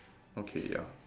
okay ya